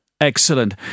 Excellent